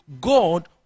God